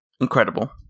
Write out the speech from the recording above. incredible